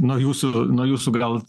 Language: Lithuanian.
nuo jūsų nuo jūsų gal